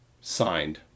Signed